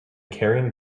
carrying